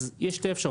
יש שתי אפשרויות,